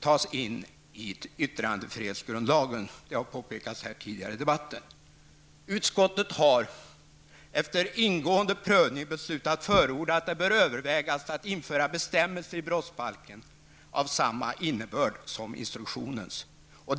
tas in i yttrandefrihetsgrundlagen. Det har påpekats tidigare här i debatten. Utskottet har efter ingående prövning beslutat förorda att man bör överväga att i brottsbalken införa bestämmelser med samma innebörd som instruktionens.